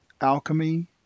Alchemy